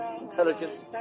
intelligence